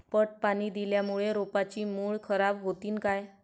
पट पाणी दिल्यामूळे रोपाची मुळ खराब होतीन काय?